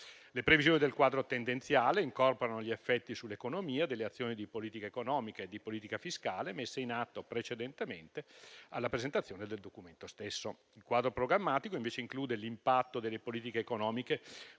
Le previsioni del quadro tendenziale incorporano gli effetti sull'economia delle azioni di politica economica e fiscale messe in atto precedentemente alla presentazione del documento stesso. Il quadro programmatico, invece, include l'impatto delle politiche economiche